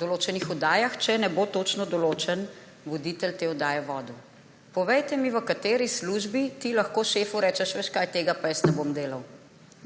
določenih oddajah, če ne bo točno določen voditelj te oddaje vodil. Povejte mi, v kateri službi ti lahko šefu rečeš, veš kaj, tega pa jaz ne bom delal.